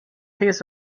his